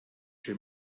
chi